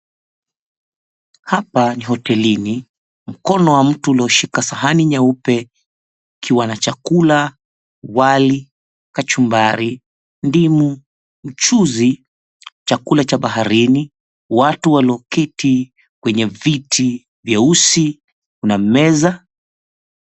Hapa ni hotelini, mkono wa mtu ulioshika sahani nyeupe ukiwa na chakula wali, kachumbari, ndimu, mchuuzi, chakula cha baharini watu walioketi kwenye viti vyeusi, kuna meza.